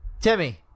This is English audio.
Timmy